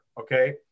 okay